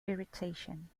irritation